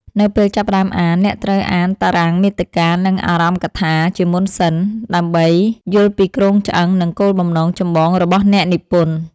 នៅពេលចាប់ផ្ដើមអាន អ្នកត្រូវអានតារាងមាតិកា និងអារម្ភកថាជាមុនសិន ដើម្បីយល់ពីគ្រោងឆ្អឹង និងគោលបំណងចម្បងរបស់អ្នកនិពន្ធ។